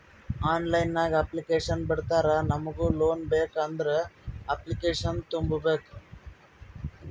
online ನಾಗ್ application ಬಿಡ್ತಾರಾ ನಮುಗ್ ಲೋನ್ ಬೇಕ್ ಅಂದುರ್ ಅಪ್ಲಿಕೇಶನ್ ತುಂಬೇಕ್